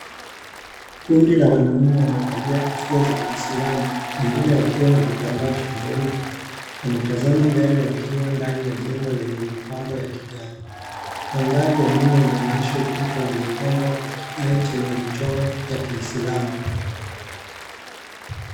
Kundi la wanaume wamevalia kofia za kiislamu, wengine wakiwa na vitambaa shingoni, wametazama mbele wakiwa ndani ya jengo lenye mapambo ya kigae. Mandhari ya nyumba inaonyesha ukuta uliopambwa kwa kigae chenye michoro ya kiislamu.